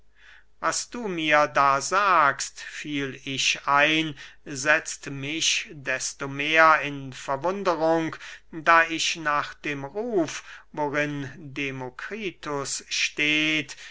was du mir da sagst fiel ich ein setzt mich desto mehr in verwunderung da ich nach dem ruf worin demokritus steht